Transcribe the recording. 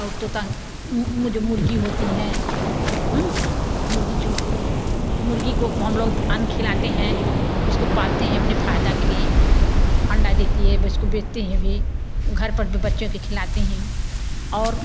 और तोता है वो जो मुर्गी होती हैं मुर्गी मुर्गी को हम लोग अन्न खिलाते हैं उसको पालते हैं अपने फायदा के लिए अंडा देती है बस उसको बेचते हैं भी घर पर बच्चों के खिलाते हें और